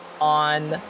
on